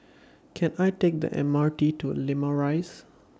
Can I Take The M R T to Limau Rise